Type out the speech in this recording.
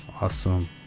Awesome